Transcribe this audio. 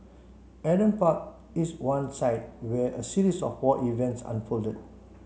Adam Park is one site where a series of war events unfolded